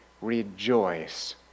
rejoice